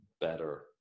better